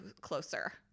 closer